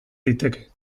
liteke